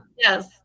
Yes